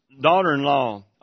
daughter-in-law